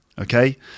okay